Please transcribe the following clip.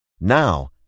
Now